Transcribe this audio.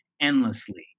endlessly